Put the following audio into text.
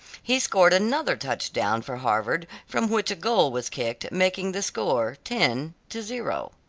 he scored another touch-down for harvard from which a goal was kicked, making the score ten to zero.